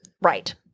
Right